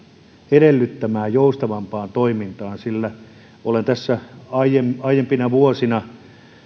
edellyttämään joustavampaan toimintaan olen tässä aiempina vuosina